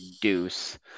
Deuce